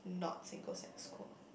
not single sex school